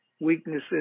weaknesses